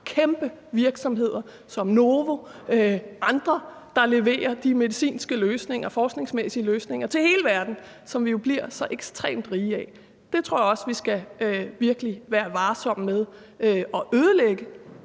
kæmpe virksomheder som Novo og andre, der leverer de medicinske og forskningsmæssige løsninger til hele verden, som vi jo bliver så ekstremt rige af. Det tror jeg også at vi virkelig skal være varsomme med at ødelægge.